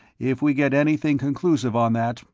if we get anything conclusive on that,